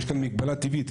יש כאן מגבלה טבעית,